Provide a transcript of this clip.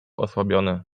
osłabiony